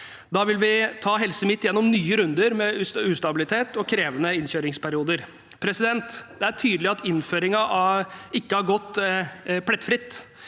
Da vil vi ta Helse MidtNorge gjennom nye runder med ustabilitet og krevende innkjøringsperioder. Det er tydelig at innføringen ikke har gått plettfritt,